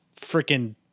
freaking